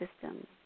system